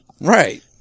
Right